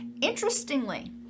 Interestingly